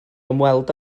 ymweld